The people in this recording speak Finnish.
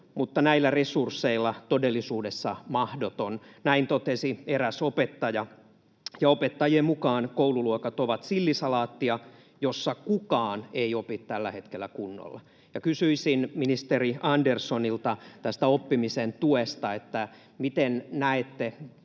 mutta näillä resursseilla todellisuudessa mahdoton. Näin totesi eräs opettaja, ja opettajien mukaan koululuokat ovat sillisalaattia, jossa kukaan ei opi tällä hetkellä kunnolla. Kysyisin ministeri Anderssonilta tästä oppimisen tuesta: miten näette,